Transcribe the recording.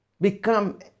become